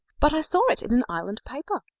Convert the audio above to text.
but i saw it in an island paper,